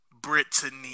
Brittany